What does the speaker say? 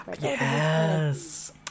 Yes